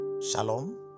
Shalom